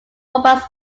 robots